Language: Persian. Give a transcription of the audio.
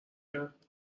کرد